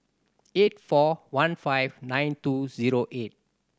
eight four one five nine two zero eight